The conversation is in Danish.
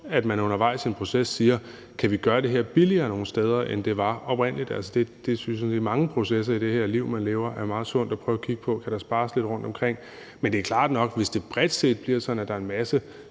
at man undervejs i en proces spørger sig selv, om vi nogle steder kan gøre det her billigere, end det oprindelig var. Der er mange processer i det her liv, man lever, hvor det er meget sundt at prøve at kigge på, om der kan spares lidt rundtomkring. Men det er klart nok, at hvis det bredt set bliver sådan, at der er en masse